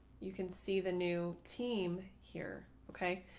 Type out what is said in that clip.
you can see the new team here. ok,